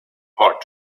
hard